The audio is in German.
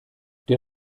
der